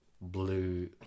blue